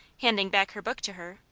handing back her book to her,